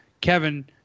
Kevin